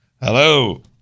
Hello